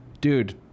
Dude